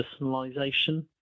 personalization